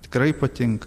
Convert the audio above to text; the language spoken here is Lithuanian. tikrai patinka